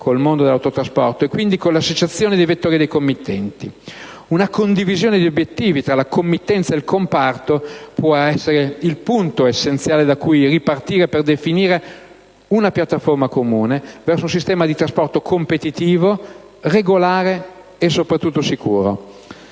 Una condivisione di obiettivi tra la committenza ed il comparto può essere il punto essenziale da cui ripartire per definire una piattaforma comune verso un sistema di trasporto competitivo, regolare e sicuro.